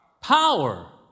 Power